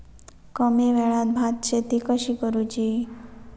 कमी वेळात भात शेती कशी करुची?